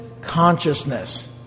consciousness